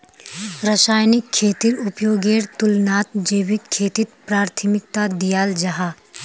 रासायनिक खेतीर उपयोगेर तुलनात जैविक खेतीक प्राथमिकता दियाल जाहा